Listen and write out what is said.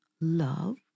love